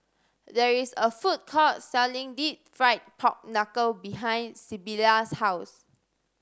there is a food court selling Deep Fried Pork Knuckle behind Sybilla's house